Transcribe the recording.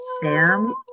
sam